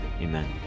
Amen